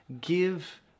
give